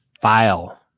file